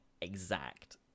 exact